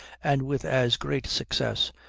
and with as great success,